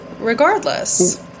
regardless